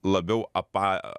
labiau apa